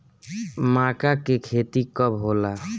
माका के खेती कब होला?